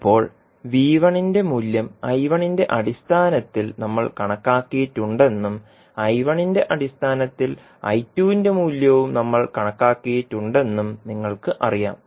ഇപ്പോൾ ന്റെ മൂല്യം ന്റെ അടിസ്ഥാനത്തിൽ നമ്മൾ കണക്കാക്കിയിട്ടുണ്ടെന്നും ന്റെ അടിസ്ഥാനത്തിൽന്റെ മൂല്യവും നമ്മൾ കണക്കാക്കിയിട്ടുണ്ടെന്നും നിങ്ങൾക്കറിയാം